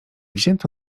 wzięto